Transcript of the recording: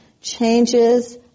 changes